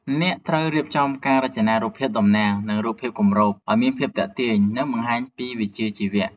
អ្នកត្រូវរៀបចំការរចនារូបភាពតំណាង និងរូបភាពគម្រប ឱ្យមានភាពទាក់ទាញ និងបង្ហាញពីវិជ្ជាជីវៈ។